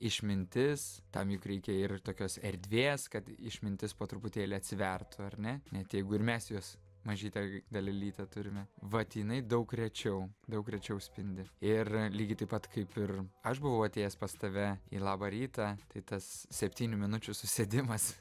išmintis tam juk reikia ir tokios erdvės kad išmintis po truputėlį atsivertų ar ne net jeigu ir mes juos mažytę dalelytę turime vat jinai daug rečiau daug rečiau spindi ir lygiai taip pat kaip ir aš buvau atėjęs pas tave į labą rytą tai tas septynių minučių susėdimas